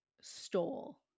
stole